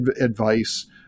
advice